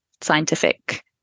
scientific